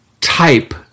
type